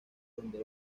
donde